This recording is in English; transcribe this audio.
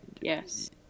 Yes